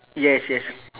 yes yes